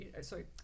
sorry